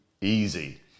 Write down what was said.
easy